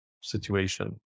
situation